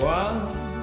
one